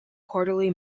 quarterly